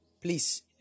please